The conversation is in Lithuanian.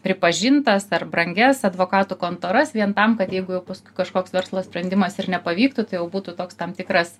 pripažintas ar brangias advokatų kontoras vien tam kad jeigu jau paskui kažkoks verslo sprendimas ir nepavyktų tai jau būtų toks tam tikras